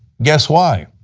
guess why.